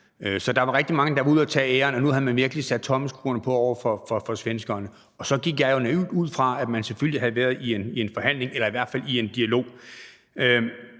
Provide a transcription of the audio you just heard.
Så der var rigtig mange, der var ude at tage æren for, at man nu virkelig havde sat tommelskruerne på over for svenskerne. Derfor gik jeg ud fra, at man selvfølgelig havde være i en forhandling eller i hvert fald i en dialog